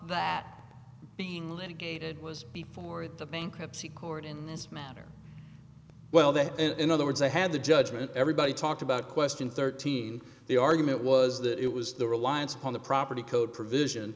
that being litigated was before the bankruptcy court in this matter well that in other words i had the judgment everybody talked about question thirteen the argument was that it was the reliance on the property code provision